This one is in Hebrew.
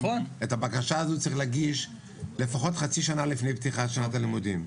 את הבקשה הזו צריך להגיש לפחות חצי שנה לפני פתיחת שנת הלימודים.